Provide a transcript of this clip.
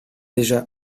déjà